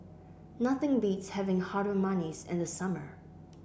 nothing beats having Harum Manis in the summer